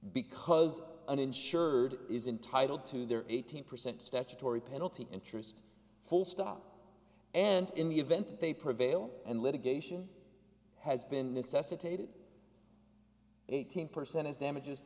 because uninsured is entitled to their eighteen percent statutory penalty interest full stop and in the event they prevail and litigation has been necessitated eighteen percent is damages